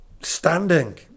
standing